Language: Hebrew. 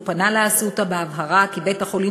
והוא פנה ל"אסותא" בהבהרה שבית-החולים